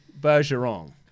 Bergeron